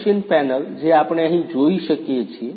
machine panel જે આપણે અહીં જોઈ શકીએ છીએ